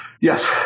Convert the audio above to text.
Yes